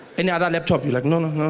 any other laptop? you're like,